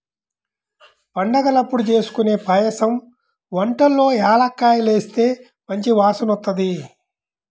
పండగలప్పుడు జేస్కొనే పాయసం వంటల్లో యాలుక్కాయాలేస్తే మంచి వాసనొత్తది